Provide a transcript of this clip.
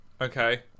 Okay